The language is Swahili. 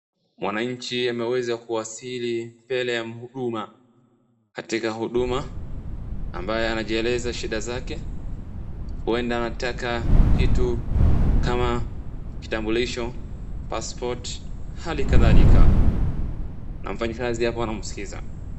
Mwananchi ameweza kuwasili mbele ya huduma, katika huduma, ambaye anajieleza shida zake huenda anataka kitu kama kitambulisho, passport , halikadhalika, na mfanyikazi hapo anamskiza.